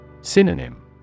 Synonym